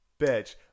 bitch